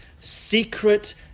secret